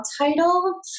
title